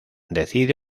decide